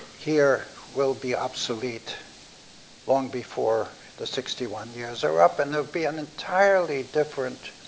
here will be obsolete long before the sixty one years are up, and there'll be an entirely different